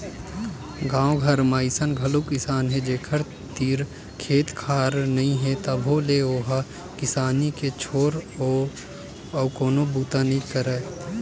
गाँव घर म अइसन घलोक किसान हे जेखर तीर खेत खार नइ हे तभो ले ओ ह किसानी के छोर अउ कोनो बूता नइ करय